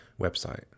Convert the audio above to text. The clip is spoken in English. website